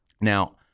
Now